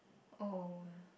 oh